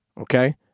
okay